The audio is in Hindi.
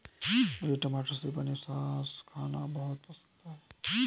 मुझे टमाटर से बने सॉस खाना बहुत पसंद है राजू